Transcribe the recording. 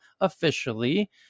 officially